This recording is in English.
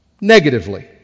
negatively